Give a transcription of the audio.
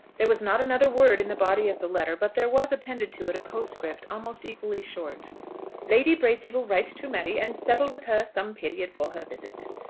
there was not another word in the body of the letter but there was appended to it a postscript almost equally short lady bracy will write to mary and settle with her some period for her visit.